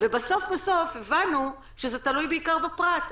ובסוף בסוף הבנו שזה תלוי בעיקר בפרט.